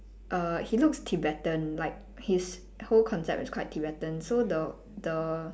err he looks tibetan like his whole concept is quite tibetan so the the